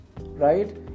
Right